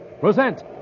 present